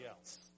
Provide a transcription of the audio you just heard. else